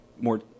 more